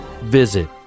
Visit